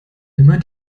immer